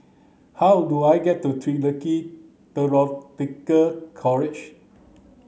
how do I get to College